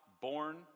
born